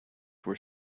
were